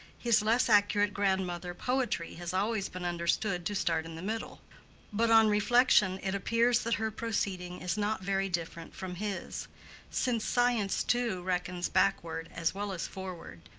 his less accurate grandmother poetry has always been understood to start in the middle but on reflection it appears that her proceeding is not very different from his since science, too, reckons backward as well as forward,